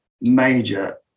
major